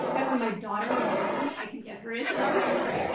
and when my daughter was young i could get her to sit on the sandwich,